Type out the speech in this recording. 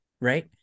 right